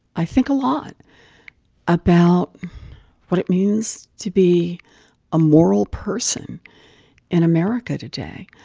i think a lot about what it means to be a moral person in america today.